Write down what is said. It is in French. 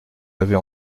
avait